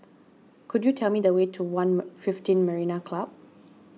could you tell me the way to one fifteen Marina Club